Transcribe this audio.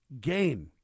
gain